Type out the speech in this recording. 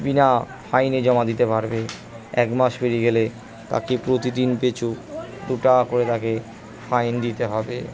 বিনা ফাইনে জমা দিতে পারবে এক মাস পেরিয়ে গেলে তাকে প্রতিদিন পেছু দুটাকা করে তাকে ফাইন দিতে হবে